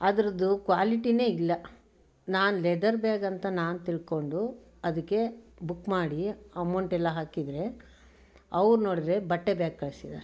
ಅದರದ್ದು ಕ್ವಾಲಿಟಿಯೇ ಇಲ್ಲ ನಾನು ಲೆದರ್ ಬ್ಯಾಗ್ ಅಂತ ನಾನು ತಿಳ್ಕೊಂಡು ಅದಕ್ಕೆ ಬುಕ್ ಮಾಡಿ ಅಮೌಂಟೆಲ್ಲ ಹಾಕಿದರೆ ಅವರು ನೋಡಿದರೆ ಬಟ್ಟೆ ಬ್ಯಾಗ್ ಕಳಿಸಿದ್ದಾರೆ